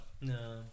No